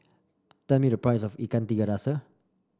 tell me the price of Ikan Tiga Rasa